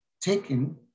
taken